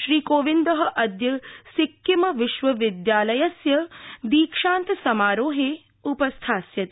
श्रीकोविंद अद्य सिक्किम विश्वविद्यालयस्य दीक्षांतसमारोहे उपस्थास्यति